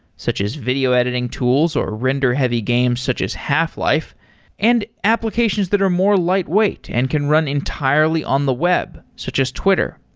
such as video editing tools, or render heavy games such as half-life and applications that are more lightweight and can run entirely on the web, such as twitter.